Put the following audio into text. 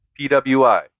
PWI